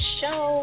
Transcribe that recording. show